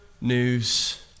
news